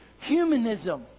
Humanism